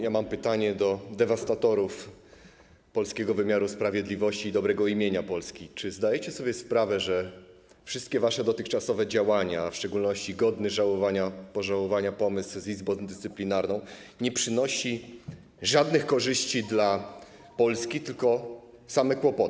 Ja mam pytanie do dewastatorów polskiego wymiaru sprawiedliwości i dobrego imienia Polski: Czy zdajecie sobie sprawę, że wszystkie wasze dotychczasowe działania, a w szczególności godny pożałowania pomysł z Izbą Dyscyplinarną, nie przynoszą żadnych korzyści dla Polski, tylko same kłopoty?